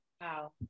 Wow